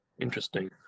interesting